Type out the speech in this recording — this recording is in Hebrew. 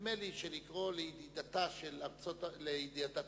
נדמה לי שלקרוא לידידתה של ישראל,